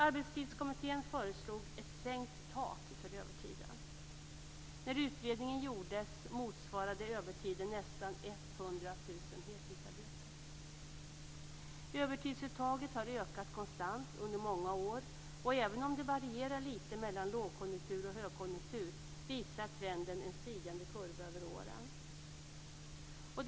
Arbetstidskommittén föreslog ett sänkt tak för övertiden. 100 000 heltidsarbeten. Övertidsuttaget har ökat konstant under många år. Även om det varierar litet mellan lågkonjunktur och högkonjunktur visar trenden en stigande kurva över åren.